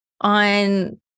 on